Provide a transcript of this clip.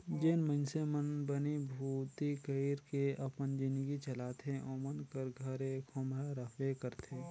जेन मइनसे मन बनी भूती कइर के अपन जिनगी चलाथे ओमन कर घरे खोम्हरा रहबे करथे